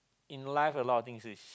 in life a lot of things is